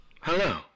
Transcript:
Hello